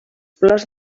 flors